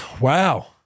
Wow